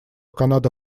канада